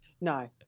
no